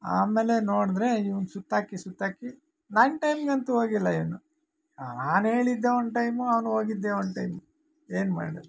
ಆಮೇಲೆ ನೋಡಿದ್ರೆ ಇವನು ಸುತ್ತಾಕಿ ಸುತ್ತಾಕಿ ನನ್ನ ಟೈಮ್ಗಂತೂ ಹೋಗಿಲ್ಲ ಇವನು ನಾನೇಳಿದ್ದೇ ಒಂದು ಟೈಮು ಅವನು ಹೋಗಿದ್ದೇ ಒಂದು ಟೈಮ್ ಏನು ಮಾಡಲಿ